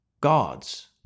gods